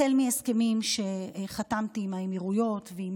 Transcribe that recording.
החל מהסכמים שחתמתי עם האמירויות ועם